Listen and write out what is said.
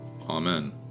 Amen